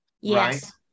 Yes